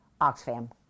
Oxfam